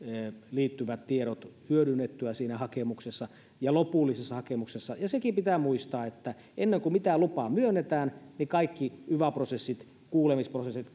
liittyvät tiedot hyödynnettyä siinä hakemuksessa ja lopullisessa hakemuksessa ja sekin pitää muistaa että ennen kuin mitään lupaa myönnetään niin kaikki yva prosessit kuulemisprosessit